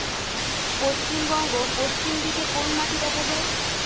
পশ্চিমবঙ্গ পশ্চিম দিকে কোন মাটি দেখা যায়?